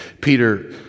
Peter